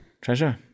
Treasure